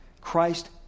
Christ